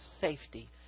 safety